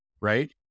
right